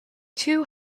two